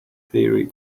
theory